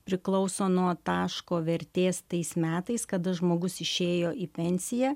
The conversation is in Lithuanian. priklauso nuo taško vertės tais metais kada žmogus išėjo į pensiją